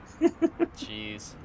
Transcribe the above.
Jeez